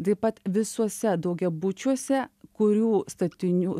taip pat visuose daugiabučiuose kurių statinių